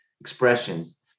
expressions